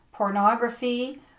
pornography